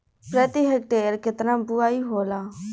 प्रति हेक्टेयर केतना बुआई होला?